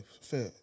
fair